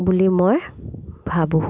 বুলি মই ভাবোঁ